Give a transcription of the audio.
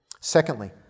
Secondly